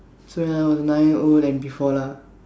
so ya when I was nine year old and before lah